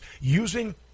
using